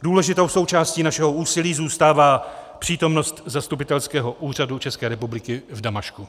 Důležitou součástí našeho úsilí zůstává přítomnost zastupitelského úřadu České republiky v Damašku.